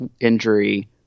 injury